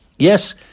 Yes